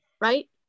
right